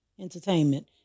entertainment